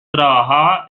trabajaba